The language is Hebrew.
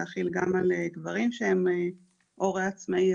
להחיל גם על גברים שהם הורה עצמאי,